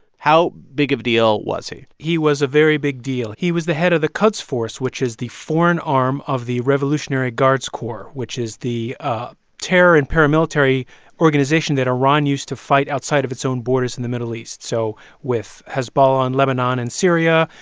how big of a deal was he? he was a very big deal. he was the head of the quds force, which is the foreign arm of the revolutionary guards corps, which is the ah terror and paramilitary organization that iran used to fight outside of its own borders in the middle east. so with hezbollah in lebanon and syria,